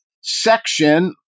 section